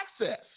access